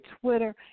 Twitter